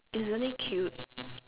isn't it cute